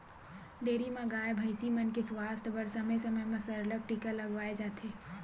dairy म गाय, भइसी मन के सुवास्थ बर समे समे म सरलग टीका लगवाए जाथे